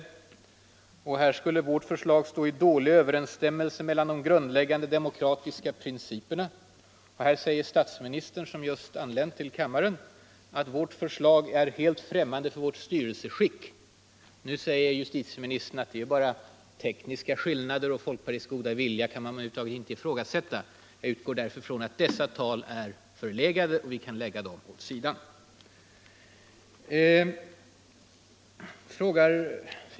På ett annat ställe skulle vårt förslag stå i ”dålig överensstämmelse med de grundläggande demokratiska principerna”. I ett annat anförande säger statsministern, som just anlänt till kammaren, att vårt förslag ”är helt främmande för vårt styrelseskick”. Nu säger justitieministern att det bara rör sig om tekniska skillnader och att man inte kan ifrågasätta folkpartiets goda vilja. Jag utgår därför från att ståndpunkterna i dessa tal är förlegade och att vi kan lägga talen åt sidan.